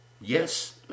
Yes